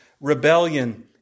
rebellion